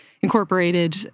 incorporated